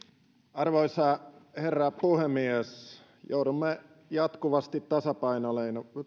arvoisa herra puhemies joudumme jatkuvasti